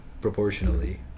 proportionally